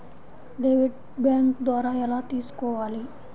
Debit bank ద్వారా ఎలా తీసుకోవాలి?